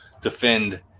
defend